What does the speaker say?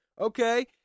okay